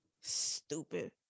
Stupid